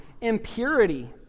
Impurity